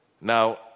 Now